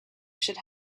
should